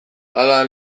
hala